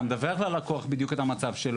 אתה מדווח ללקוח בדיוק את המצב שלו.